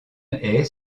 est